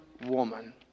woman